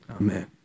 Amen